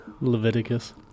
Leviticus